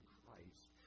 Christ